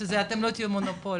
שאתם לא תהיו מונופול,